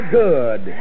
good